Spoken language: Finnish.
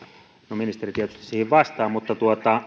no ministeri tietysti siihen vastaa mutta